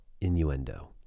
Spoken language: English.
innuendo